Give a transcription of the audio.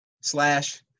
slash